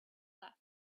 left